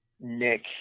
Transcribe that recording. Nick